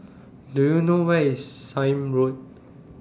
Do YOU know Where IS Sime Road